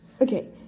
okay